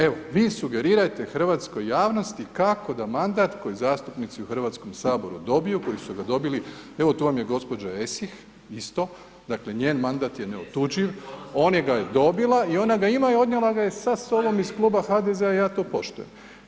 Evo, vi sugerirajte hrvatskoj javnosti kako da mandat koji zastupnici u Hrvatskom saboru dobiju, koji su ga dobili, evo tu vam je gđa. Esih isto, dakle njen mandat je neotuđiv, ona ga je dobila i ona ga ima i odnijela ga je sa sobom iz kluba HDZ-a i ja to poštujem.